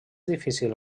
difícil